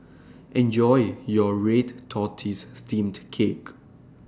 Enjoy your Red Tortoise Steamed Cake